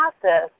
process